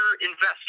investors